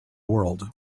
world